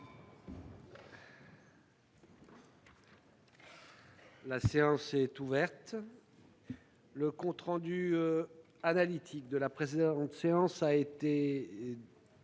La séance est ouverte. Le compte rendu analytique de la précédente séance a été distribué.